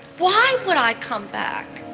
why would i come back?